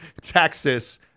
Texas